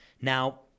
Now